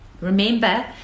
remember